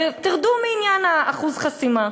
ותרדו מעניין אחוז החסימה.